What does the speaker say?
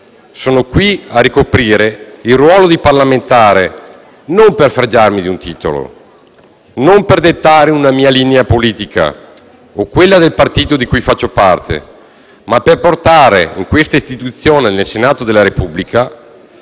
Sono qui a ricoprire il ruolo di parlamentare non per fregiarmi di un titolo, non per dettare una mia linea politica o quella del partito di cui faccio parte, ma per portare in questa istituzione, nel Senato della Repubblica,